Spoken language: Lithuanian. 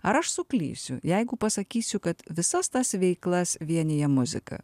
ar aš suklysiu jeigu pasakysiu kad visas tas veiklas vienija muzika